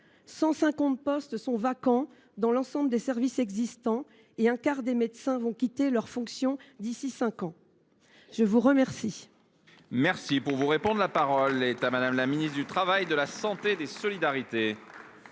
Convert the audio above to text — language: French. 150 postes sont vacants dans l’ensemble des services existants et un quart des médecins vont quitter leurs fonctions d’ici à cinq ans. La parole